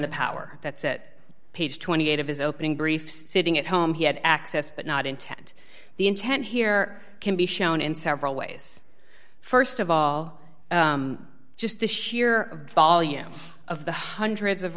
the power that's it page twenty eight dollars of his opening brief sitting at home he had access but not intent the intent here can be shown in several ways st of all just the sheer volume of the hundreds of